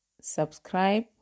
subscribe